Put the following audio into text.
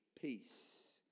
peace